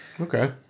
Okay